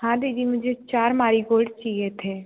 हाँ दीदी मुझे चार मारीगोल्ड चाहिए थे